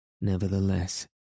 nevertheless